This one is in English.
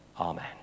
Amen